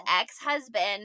ex-husband